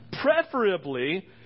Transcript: Preferably